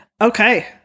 Okay